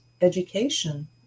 education